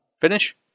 finish